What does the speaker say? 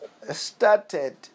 started